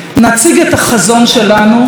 נציג את החזון שלנו,